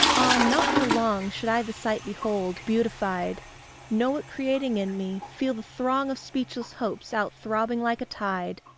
ah, not for long should i the sight behold, beatified, know it creating in me, feel the throng of speechless hopes out-throbbing like a tide,